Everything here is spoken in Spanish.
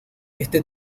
este